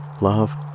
love